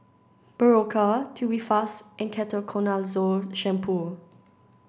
Berocca Tubifast and Ketoconazole Shampoo